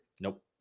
Nope